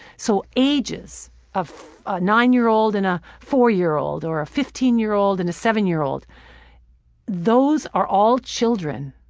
so ages of a nine year old and a four year old, or a fifteen year old and a seven year old those are all children,